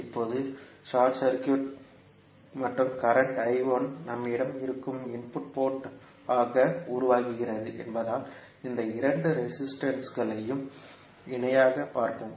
இப்போது இது short circuit மற்றும் கரண்ட் நம்மிடம் இருக்கும் இன்புட் போர்ட் ஆக உருவாகிறது என்பதால் இந்த இரண்டு ரெசிஸ்டன்ஸ்களையும் இணையாகப் பார்ப்போம்